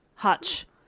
Hutch